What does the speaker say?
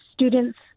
students